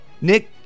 Nick